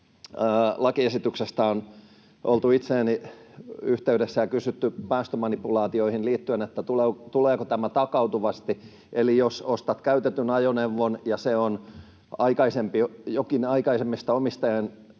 lakiesityksestä on oltu itseeni yhteydessä ja kysytty päästömanipulaatioihin liittyen, että tuleeko tämä takautuvasti. Eli jos ostat käytetyn ajoneuvon ja vaikkapa joku aikaisemmista omistajista